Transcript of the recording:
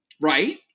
Right